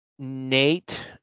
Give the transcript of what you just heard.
nate